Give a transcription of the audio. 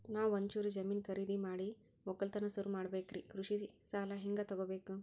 ನಾ ಒಂಚೂರು ಜಮೀನ ಖರೀದಿದ ಮಾಡಿ ಒಕ್ಕಲತನ ಸುರು ಮಾಡ ಬೇಕ್ರಿ, ಕೃಷಿ ಸಾಲ ಹಂಗ ತೊಗೊಬೇಕು?